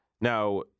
Now